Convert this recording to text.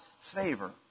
favor